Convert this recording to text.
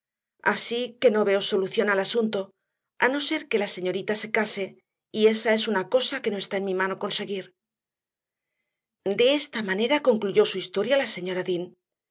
así que no veo solución al asunto a no ser que la señorita se case y ésa es una cosa que no está en mi mano conseguir de esta manera concluyó su historia la señora